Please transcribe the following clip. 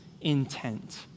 intent